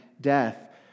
death